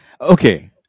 Okay